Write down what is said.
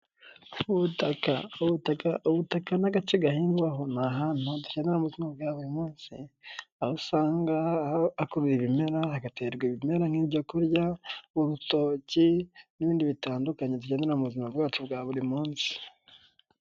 Ubutaka ubutaka ubutaka ni agace gahingwaho ni ahantu dukenera mu buzima bwacu bwa buri munsi, aho usanga hakubiye ibimera, hagaterwa ibimera nk'ibyoku kurya, urutoki n'ibindi bitandukanye dukenera mu buzima bwacu bwa buri munsi.